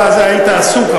היית עסוק,